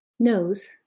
Nose